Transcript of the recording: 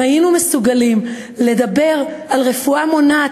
אם היינו מסוגלים לדבר על רפואה מונעת